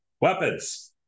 weapons